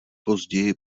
později